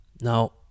Now